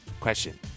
question